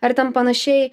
ar ten panašiai